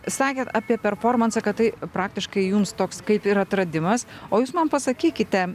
sakėt apie performansą kad tai praktiškai jums toks kaip ir atradimas o jūs man pasakykite